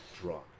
drunk